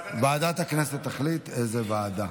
ועדת הכנסת נתקבלה.